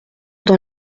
dans